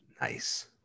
Nice